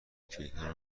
کیهان